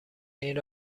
این